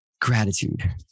Gratitude